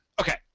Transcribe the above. okay